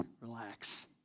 relax